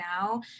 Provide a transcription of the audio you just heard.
now